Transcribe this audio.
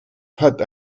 hat